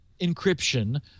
encryption